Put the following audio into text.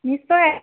নিশ্চয়